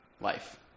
life